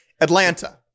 Atlanta